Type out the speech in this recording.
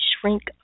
shrink